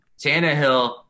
Tannehill